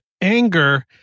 anger